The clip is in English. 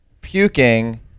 puking